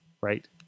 right